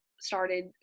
started